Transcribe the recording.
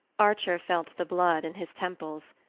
archer felt the blood in his temples.